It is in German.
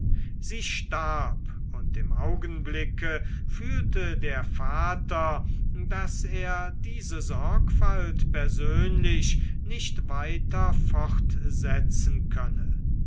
sie starb und im augenblicke fühlte der vater daß er diese sorgfalt persönlich nicht weiter fortsetzen könne